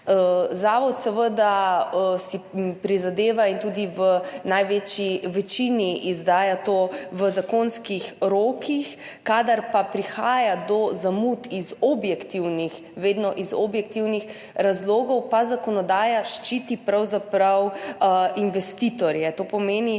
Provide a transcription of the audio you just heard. Zavod si seveda prizadeva in tudi v največji večini izdaja to v zakonskih rokih. Kadar prihaja do zamud iz objektivnih, vedno iz objektivnih razlogov, pa zakonodaja pravzaprav ščiti investitorje. To pomeni,